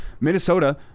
minnesota